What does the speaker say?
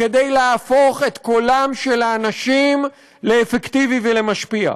כדי להפוך את קולם של האנשים לאפקטיבי ומשפיע.